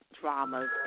dramas